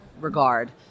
regard